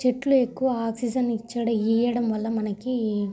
చెట్లు ఎక్కువ ఆక్సిజన్ ఇచ్చడం ఈయడం వల్ల మనకి